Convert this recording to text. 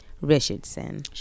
Richardson